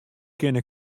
kinne